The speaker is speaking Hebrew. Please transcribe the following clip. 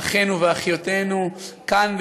אחינו ואחיותינו כאן,